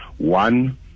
One